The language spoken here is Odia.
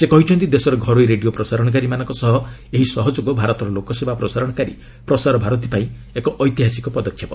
ସେ କହିଛନ୍ତି ଦେଶର ଘରୋଇ ରେଡିଓ ପ୍ରସାରଣକାରୀମାନଙ୍କ ସହ ଏହି ସହଯୋଗ ଭାରତର ଲୋକସେବା ପ୍ରସାରଣକାରୀ 'ପ୍ରସାର ଭାରତୀ' ପାଇଁ ଏକ ଐତିହାସିକ ପଦକ୍ଷେପ